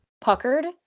puckered